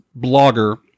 blogger